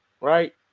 right